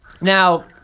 now